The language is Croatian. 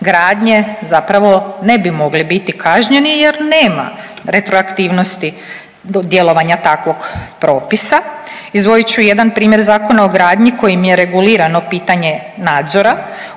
gradnje zapravo ne bi mogli biti kažnjeni jer nema retroaktivnosti djelovanja takvog propisa. Izdvojit ću jedan primjer Zakona o gradnji kojim je regulirano pitanje nadzora.